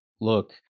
look